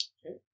Okay